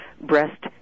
breast